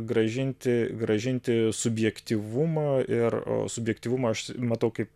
grąžinti grąžinti subjektyvumą ir subjektyvumą aš matau kaip